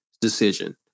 decision